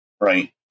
right